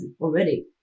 already